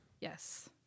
yes